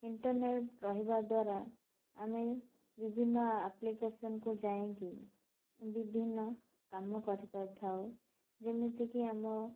internet ରହିବା ଦ୍ଵାରା ଆମେ ବିଭିନ୍ନ ଆପ୍ଲିକେସନ୍କୁ ଯାଇଁକି ବିଭିନ୍ନ କାମ କରିପାରିଥାଉ ଯେମିତିକି ଆମ